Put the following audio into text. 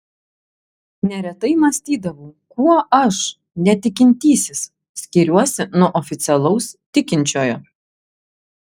neretai mąstydavau kuo aš netikintysis skiriuosi nuo oficialaus tikinčiojo